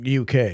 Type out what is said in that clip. UK